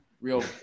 Real